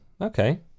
okay